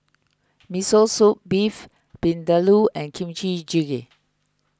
Miso Soup Beef Vindaloo and Kimchi Jjigae